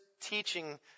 teaching